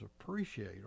appreciate